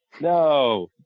No